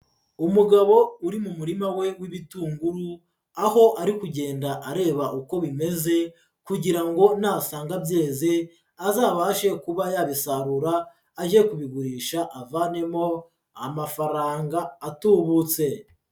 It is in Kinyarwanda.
Umugabo uri mu murima we w'ibitunguru, aho ari kugenda areba uko bimeze, kugira ngo nasanga byeze, azabashe kuba yabisarura, ajye kubigurisha avanemo amafaranga atubutse.